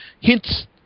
hints